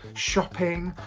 shopping,